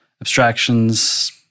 abstractions